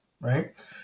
Right